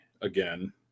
again